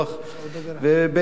בעיני,